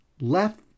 left